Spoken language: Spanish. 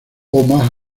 omaha